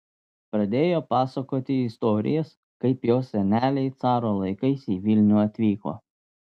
pradėjo pasakoti istorijas kaip jos seneliai caro laikais į vilnių atvyko